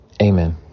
Amen